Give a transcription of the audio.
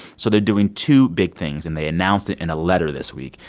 so they're doing two big things, and they announced it in a letter this week.